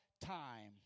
time